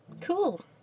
Cool